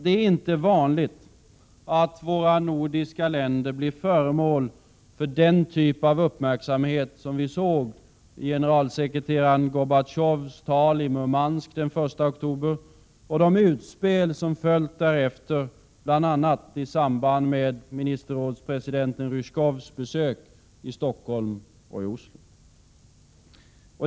Det är inte vanligt att våra nordiska länder blir föremål för den typ av uppmärksamhet som vi såg i generalsekreterare Gorbatjovs tal i Murmansk den 1 oktober och de utspel som följt därefter, bl.a. i samband med ministerrådspresidenten Ryzjkovs besök i Stockholm och Oslo.